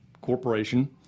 corporation